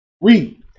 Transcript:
Read